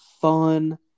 fun